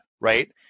right